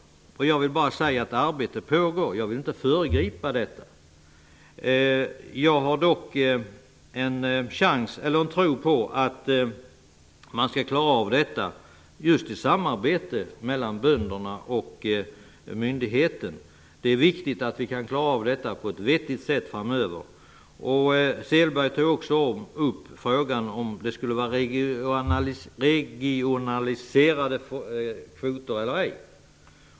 Jag vill bara säga att arbete pågår, och jag vill inte föregripa detta. Jag har dock en tro på att man skall klara av detta just i samarbete mellan bönderna och myndigheten. Det är viktigt att vi kan lösa problemet på ett vettigt sätt framöver. Selberg tog också upp frågan om det skulle vara regionaliserade kvoter eller ej.